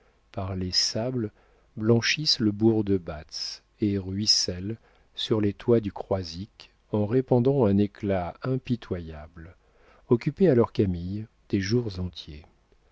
par les sables blanchissent le bourg de batz et ruissellent sur les toits du croisic en répandant un éclat impitoyable occupait alors camille des jours entiers